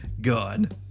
gone